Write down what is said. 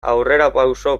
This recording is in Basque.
aurrerapauso